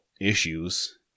issues